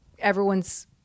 everyone's